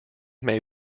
may